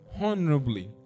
honorably